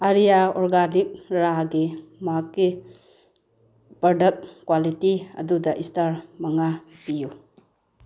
Arya organic ꯔꯥꯒꯤ ꯃꯥꯛꯀꯤ product quality ꯑꯗꯨꯗ ꯏꯁꯇꯥꯔ ꯃꯉꯥ ꯄꯤꯌꯨ